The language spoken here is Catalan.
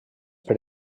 per